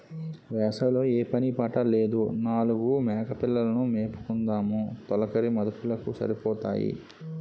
వేసవి లో ఏం పని పాట లేదు నాలుగు మేకపిల్లలు ను మేపుకుందుము తొలకరి మదుపులకు సరిపోతాయి